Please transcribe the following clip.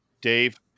Dave